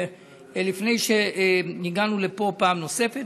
לפני שהגענו לפה פעם נוספת,